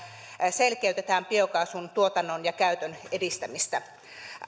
selkeytetään biokaasun tuotannon ja käytön edistämistä